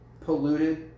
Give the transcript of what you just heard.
polluted